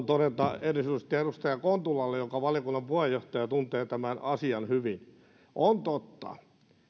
todeta erityisesti edustaja kontulalle joka valiokunnan puheenjohtajana tuntee tämän asian hyvin on totta